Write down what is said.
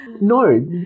no